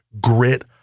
grit